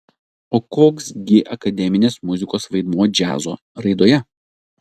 o koks gi akademinės muzikos vaidmuo džiazo raidoje